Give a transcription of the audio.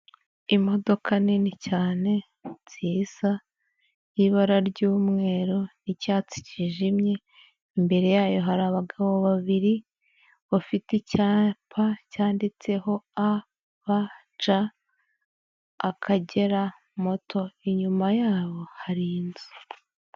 Imodoka nini cyane, nziza y'ibara ry'umweru n'icyatsi cyijimye, imbere yayo hari abagabo babiri bafite icyapa cyanditseho A,B,C Akagera moto. Inyuma yabo hari inzu.